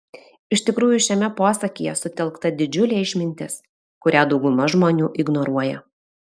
iš tikrųjų šiame posakyje sutelkta didžiulė išmintis kurią dauguma žmonių ignoruoja